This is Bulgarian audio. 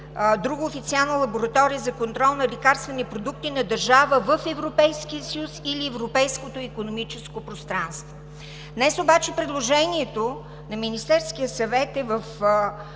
„друга официална лаборатория за контрол на лекарствени продукти на държава в Европейския съюз или Европейското икономическо пространство“. Днес обаче предложението на Министерския съвет е да